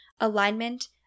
alignment